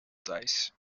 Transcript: dice